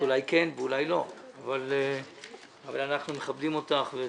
אולי כן ואולי לא אבל אנחנו מכבדים אותך.